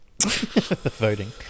Voting